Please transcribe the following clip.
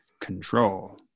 control